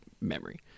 memory